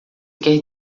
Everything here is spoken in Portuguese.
quer